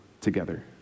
together